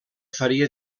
faria